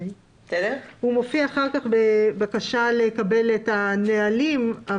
הוא מופיע אחר כך בבקשה לקבל את הנהלים.